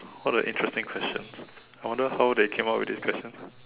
what an interesting question I wonder how they came up with this question